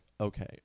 okay